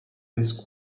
this